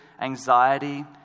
anxiety